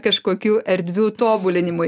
kažkokių erdvių tobulinimui